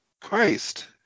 Christ